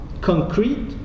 concrete